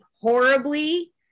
horribly